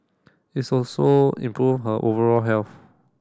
its also improve her overall health